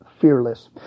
fearless